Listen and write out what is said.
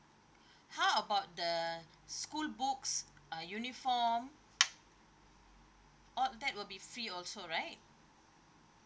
how about the school books uh uniform all that will be free also right